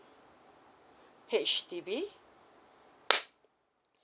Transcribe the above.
H_D_B